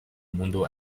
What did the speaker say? mundo